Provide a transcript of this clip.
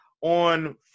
on